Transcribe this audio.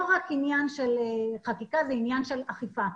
רק עניין של חקיקה אלא זה עניין של אכיפה.